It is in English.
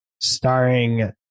starring